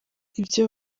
ibyo